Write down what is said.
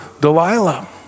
Delilah